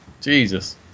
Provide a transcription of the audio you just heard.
Jesus